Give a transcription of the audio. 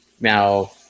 Now